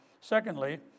Secondly